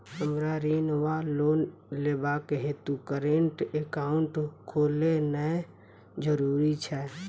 हमरा ऋण वा लोन लेबाक हेतु करेन्ट एकाउंट खोलेनैय जरूरी छै?